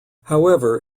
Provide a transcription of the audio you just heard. however